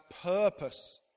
purpose